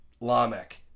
Lamech